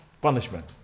punishment